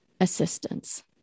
assistance